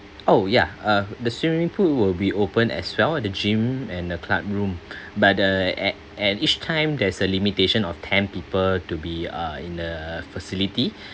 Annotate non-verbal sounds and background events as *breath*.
oh yeah uh the swimming pool will be opened as well the gym and the club room *breath* but the at at each time there's a limitation of ten people to be uh in a facility